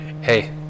hey